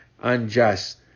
unjust